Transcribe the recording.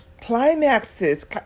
Climaxes